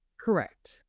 Correct